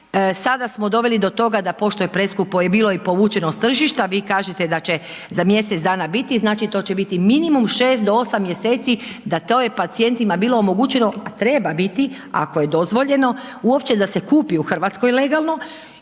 sada smo doveli do toga da pošto je preskupo je bilo i povućeno s tržišta, vi kažete da će za mjesec dana biti, znači to će biti minimum 6 do 8 mjeseci da to je pacijentima bilo omogućeno, a treba biti ako je dozvoljeno uopće da se kupi u Hrvatskoj legalno